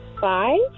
Five